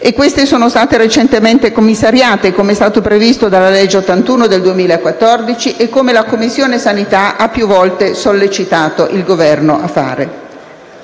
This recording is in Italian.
Queste sono state recentemente commissariate, come previsto dalla legge n. 81 del 2014 e come la Commissione sanità ha più volte sollecitato il Governo a fare.